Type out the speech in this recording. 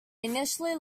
initially